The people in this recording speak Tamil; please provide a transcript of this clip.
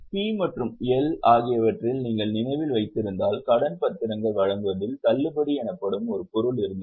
P மற்றும் L ஆகியவற்றில் நீங்கள் நினைவில் வைத்திருந்தால் கடன் பத்திரங்களை வழங்குவதில் தள்ளுபடி எனப்படும் ஒரு பொருள் இருந்தது